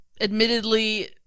admittedly